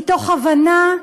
מתוך הבנה,